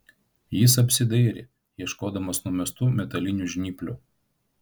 jis apsidairė ieškodamas numestų metalinių žnyplių